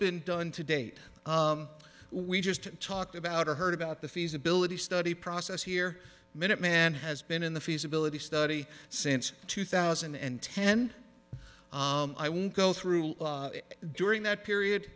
been done to date we just talked about or heard about the feasibility study process here minuteman has been in the feasibility study since two thousand and ten i won't go through during that period